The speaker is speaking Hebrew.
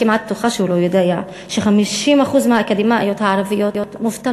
אני כמעט בטוחה שהוא לא יודע ש-50% מהאקדמאיות הערביות מובטלות.